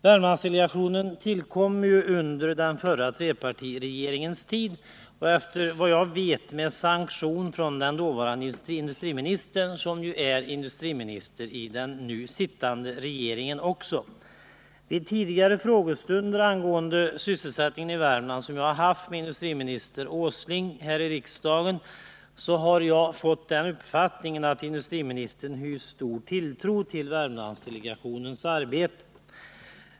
Värmlandsdelegationen tillkom ju under den förra trepartiregeringens tid och, efter vad jag vet, med sanktion från den dåvarande industriministern, som ju är industriminister även i den nu sittande regeringen. I tidigare frågestunder angående sysselsättningen i Värmland som jag haft med industriminister Åsling här i riksdagen har jag fått den uppfattningen att industriministern hyst stor tilltro till Värmlandsdelegationens arbete.